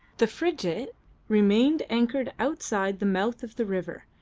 the frigate remained anchored outside the mouth of the river,